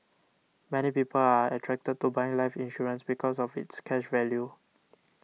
many people are attracted to buying life insurance because of its cash value